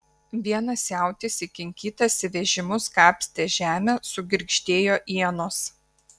vienas jautis įkinkytas į vežimus kapstė žemę sugirgždėjo ienos